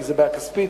כי זה בעיה כספית,